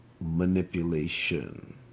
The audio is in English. Manipulation